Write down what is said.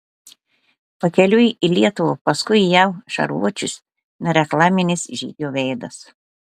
pakeliui į lietuvą paskui jav šarvuočius nereklaminis žygio veidas